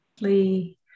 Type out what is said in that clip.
Lee